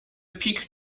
pik